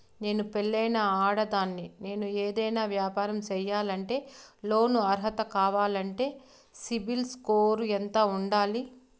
నేను పెళ్ళైన ఆడదాన్ని, నేను ఏదైనా వ్యాపారం సేయాలంటే లోను అర్హత కావాలంటే సిబిల్ స్కోరు ఎంత ఉండాలి?